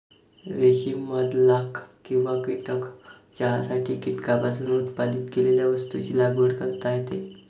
रेशीम मध लाख किंवा कीटक चहासाठी कीटकांपासून उत्पादित केलेल्या वस्तूंची लागवड करता येते